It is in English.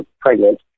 pregnant